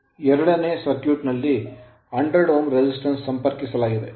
ಎರಡನೇ ಸರ್ಕ್ಯೂಟ್ ನಲ್ಲಿ 10Ω resistance ಪ್ರತಿರೋಧವನ್ನು ಸಂಪರ್ಕಿಸಲಾಗಿದೆ